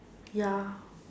ya